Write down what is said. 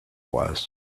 was